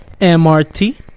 MRT